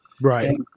right